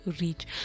reach